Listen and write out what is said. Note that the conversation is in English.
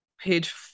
page